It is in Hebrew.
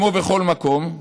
כמו בכל מקום,